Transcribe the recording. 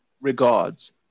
regards